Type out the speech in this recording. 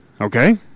okay